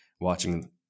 watching